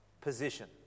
Position